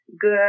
good